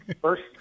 First